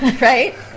right